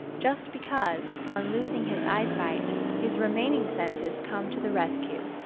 just because, on losing his eyesight, his remaining senses come to the rescue,